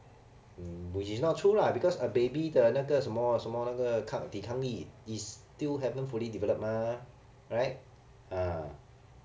which is not true lah because a baby 的那个什么什么那个抗抵抗力 is still haven't fully develop mah right uh